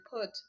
put